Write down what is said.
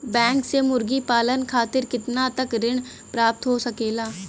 Bank से मुर्गी पालन खातिर कितना तक ऋण प्राप्त हो सकेला?